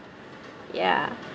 ya